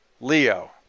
Leo